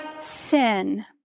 sin